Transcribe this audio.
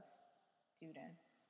students